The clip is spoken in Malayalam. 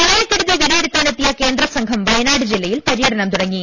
പ്രളയക്കെടുതി വിലയിരുത്താനെത്തിയ കേന്ദ്രസംഘം വയ നാട് ജില്ലയിൽ പര്യടനം തുടങ്ങി